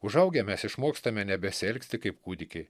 užaugę mes išmokstame nebesielgsti kaip kūdikiai